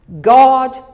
God